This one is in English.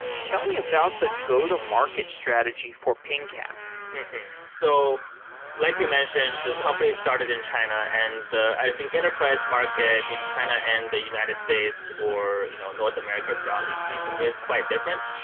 tell me about the go-to-market strategy for pingcap so like you mentioned, the company started in china and i think enterprise market in china and the united states or you know north america broadly speaking is quite different.